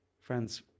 Friends